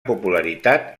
popularitat